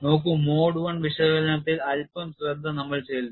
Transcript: നോക്കൂ mode one വിശകലനത്തിൽ അൽപ്പം ശ്രദ്ധ നമ്മൾ ചെലുത്തി